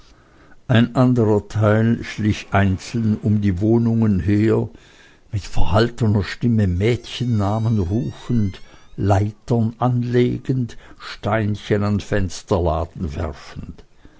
ein anderer teil schlich einzeln um die wohnungen her mit verhaltner stimme mädchennamen rufend leitern anlegend steinchen an fensterladen werfend